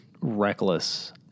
reckless